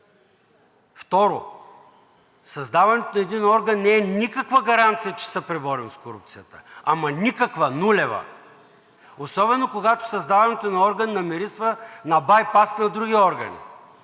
Второ, създаването на един орган не е никаква гаранция, че ще се преборим с корупцията. Ама никаква, нулева! Особено когато създаването на орган намирисва на байпас на други органи.